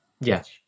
Yes